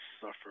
suffer